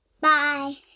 Bye